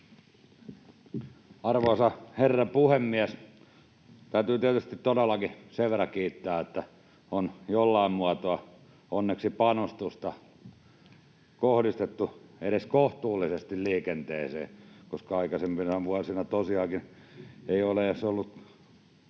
Arvoisa herra puhemies! Täytyy tietysti todellakin sen verran kiittää, että on jollain muotoa onneksi panostusta kohdistettu edes kohtuullisesti liikenteeseen, koska aikaisempina vuosina tosiaankaan ei ole ollut